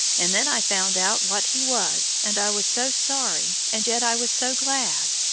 and then i found out what he was, and i was so sorry, and yet i was so glad.